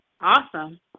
Awesome